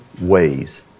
ways